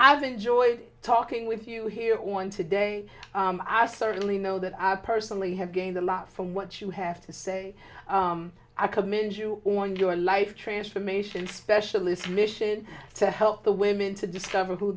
i've enjoyed talking with you here on today are certainly know that i personally have gained a lot from what you have to say i commend you on your life transformation specialist mission to help the women to discover who